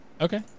Okay